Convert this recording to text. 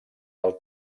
del